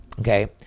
Okay